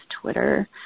Twitter